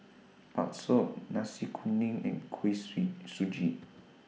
Bakso Nasi Kuning and Kuih Sui Suji